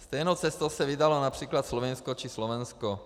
Stejnou cestou se vydalo například Slovinsko či Slovensko.